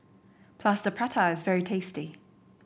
Plaster Prata is very tasty